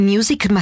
Music